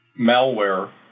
malware